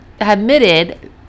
admitted